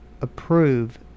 approve